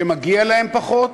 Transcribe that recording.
שמגיע להם פחות,